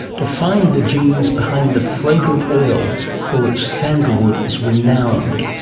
to find the genes behind the fragrant oil for which sandalwood is renowned.